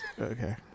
Okay